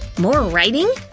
more writing?